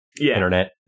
Internet